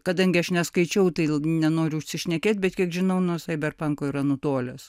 kadangi aš neskaičiau tai nenoriu užsišnekėt bet kiek žinau nuo saiberpanko yra nutolęs